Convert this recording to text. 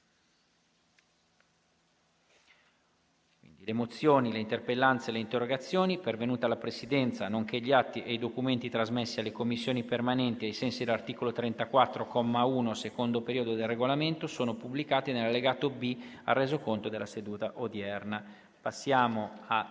Le mozioni, le interpellanze e le interrogazioni pervenute alla Presidenza, nonché gli atti e i documenti trasmessi alle Commissioni permanenti ai sensi dell'articolo 34, comma 1, secondo periodo, del Regolamento sono pubblicati nell'allegato B al Resoconto della seduta odierna. **Ordine